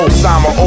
Osama